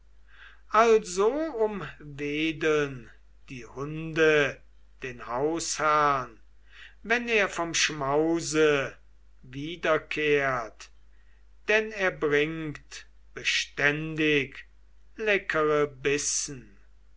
also umwedeln die hunde den hausherrn wenn er vom schmause wiederkehrt denn er bringt beständig leckere bissen